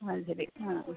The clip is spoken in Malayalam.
അത് ശരി ആ